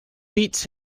beats